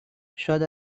شاد